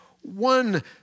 one